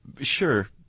sure